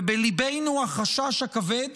ובליבנו החשש הכבד